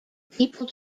people